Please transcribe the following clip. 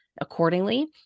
accordingly